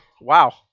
wow